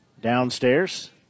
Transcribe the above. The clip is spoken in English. downstairs